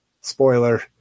Spoiler